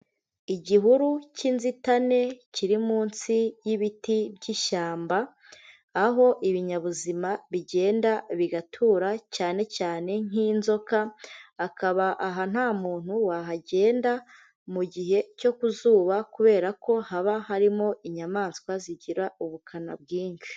Igihuru cy'inzitane kiri munsi y'ibiti by'ishyamba aho ibinyabuzima bigenda bigatura cyane cyane nk'inzoka, akaba aha nta muntu wahagenda mu gihe cyo ku zuba kubera ko haba harimo inyamaswa zigira ubukana bwinshi.